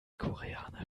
koreaner